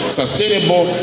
sustainable